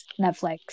Netflix